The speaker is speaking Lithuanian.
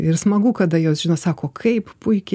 ir smagu kada jos žino sako kaip puikiai